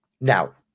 now